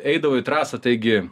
eidavo į trasą taigi